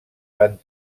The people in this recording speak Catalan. van